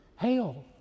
Hail